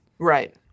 right